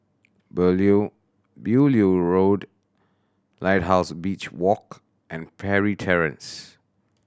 Beaulieu Road Lighthouse Beach Walk and Parry Terrace